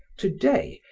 today,